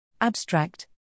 Abstract